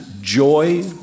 joy